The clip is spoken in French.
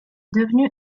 devenu